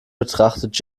betrachtet